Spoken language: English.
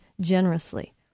generously